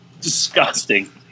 disgusting